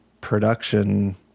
production